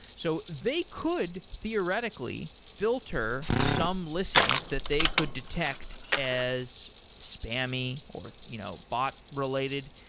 so they could theoretically filter some listens that they could detect as spammy or you know bot related.